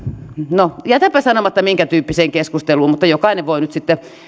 no jätänpä sanomatta minkä tyyppiseen keskusteluun mutta jokainen voi nyt sitten